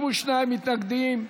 52 מתנגדים,